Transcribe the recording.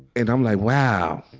and i'm like, wow